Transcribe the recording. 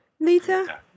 Lita